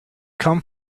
come